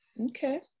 Okay